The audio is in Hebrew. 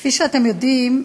כפי שאתם יודעים,